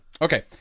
Okay